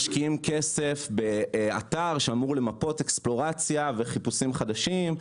משקיעים כסף באתר שאמור למפות אקספלורציה וחיפושים חדשים,